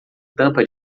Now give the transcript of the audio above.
tampa